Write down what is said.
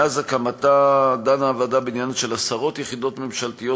מאז הקמתה דנה הוועדה בעניינן של עשרות יחידות ממשלתיות